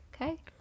Okay